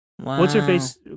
What's-her-face